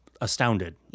astounded